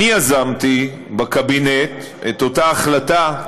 יזמתי בקבינט את אותה החלטה,